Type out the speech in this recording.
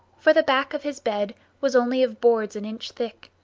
for the back of his bed was only of boards an inch thick,